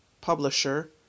publisher